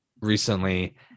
recently